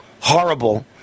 horrible